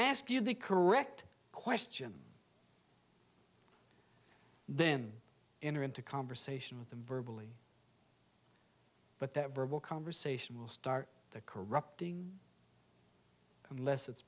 ask you the correct question then enter into conversation with the verbal but that verbal conversation will start the corrupting unless it's